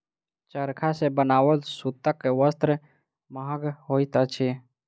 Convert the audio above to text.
चरखा सॅ बनाओल सूतक वस्त्र महग होइत अछि